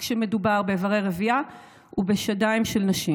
כשמדובר באיברי הרבייה ובשדיים של נשים.